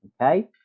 okay